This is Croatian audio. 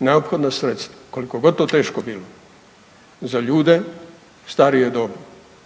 neophodna sredstva, koliko god to teško bilo, za ljude starije dobi,